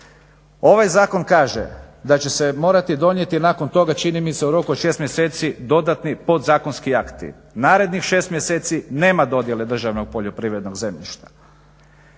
ovaj zakon kaže da će se morati donijeti nakon toga čini mi se u roku od 6 mjeseci dodatni podzakonski akti. Narednih 6 mjeseci nema dodjele državnog poljoprivrednog zemljišta.